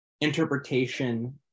interpretation